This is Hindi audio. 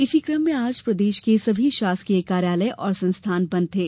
इसी क्रम में आज प्रदेश के समस्य शासकीय कार्यालय और संस्थान बंद थे